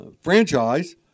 franchise